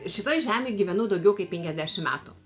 šitoj žemėj gyvenau daugiau kaip penkasdešim metų